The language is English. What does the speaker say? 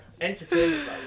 entertainment